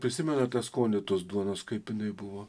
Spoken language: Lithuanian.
prisimenat tą skonį tos duonos kaip jinai buvo